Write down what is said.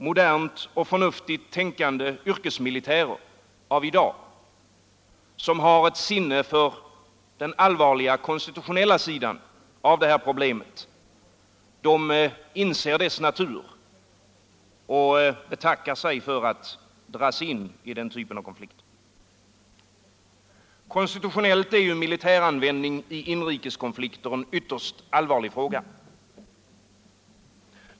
Modernt och förnuftigt tänkande yrkesmilitärer av i dag med sinne för den allvarliga konstitutionella sidan av detta problem inser sannolikt dess natur och betackar sig för att dras in i den typen av konflikt. Också konstitutionellt sett är militäranvändning i inrikeskonflikter en ytterst allvarlig fråga.